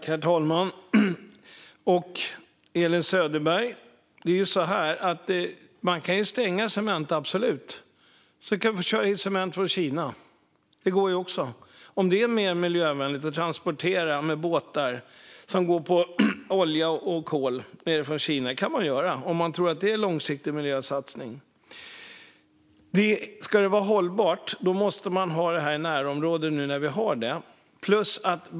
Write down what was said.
Herr talman och Elin Söderberg! Man kan stänga Cementa - absolut. Sedan kan vi köra hit cement från Kina. Det går ju också - om det nu är mer miljövänligt att transportera med båtar som går på olja och kol från Kina. Det kan man göra om man tror att det är en långsiktig miljösatsning. Om det ska vara hållbart måste man ha det här i närområdet när vi nu har det.